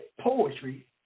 poetry